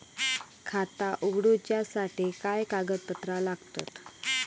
खाता उगडूच्यासाठी काय कागदपत्रा लागतत?